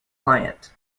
client